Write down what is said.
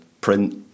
print